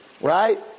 right